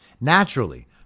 Naturally